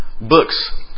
books